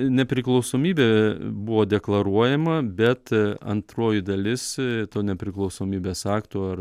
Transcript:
nepriklausomybė buvo deklaruojama bet antroji dalis to nepriklausomybės akto ar